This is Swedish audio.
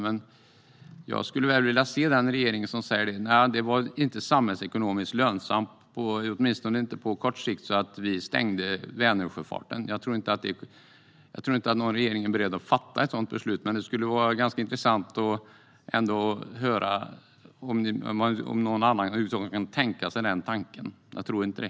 Men jag skulle vilja se den regering som säger: Den var inte samhällsekonomiskt lönsam, åtminstone inte på kort sikt. Därför stängde vi Vänersjöfarten. Jag tror inte att någon regering är beredd att fatta ett sådant beslut. Men det skulle vara ganska intressant att få höra om någon annan över huvud taget kan tänka den tanken. Jag tror inte det.